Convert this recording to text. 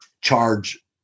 charge